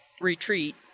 retreat